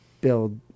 build